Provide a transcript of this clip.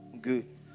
Good